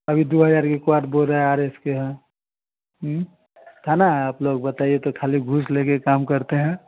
अभी दो हज़ार के क्वाट बोल रहे आरस के है थाना है आप लोग बताईए तो खाली घूस लेकर काम करते हैं